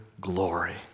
glory